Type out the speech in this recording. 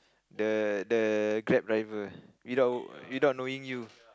the the Grab driver without without knowing you